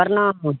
परनाम